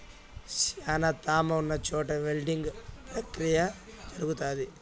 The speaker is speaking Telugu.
శ్యానా త్యామ ఉన్న చోట విల్టింగ్ ప్రక్రియ జరుగుతాది